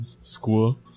school